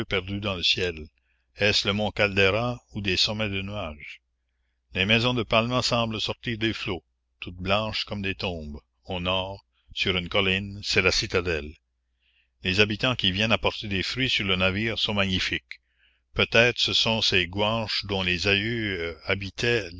perdu dans le ciel est-ce le mont caldera ou des sommets de nuages les maisons de palma semblent sortir des flots toutes blanches comme des tombes au nord sur une colline c'est la citadelle les habitants qui viennent apporter des fruits sur le navire sont magnifiques peut-être ce sont ces gouanches dont les aïeux habitaient